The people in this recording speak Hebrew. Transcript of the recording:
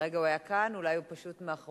הרגע הוא היה כאן, אולי הוא פשוט מאחורי,